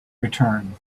return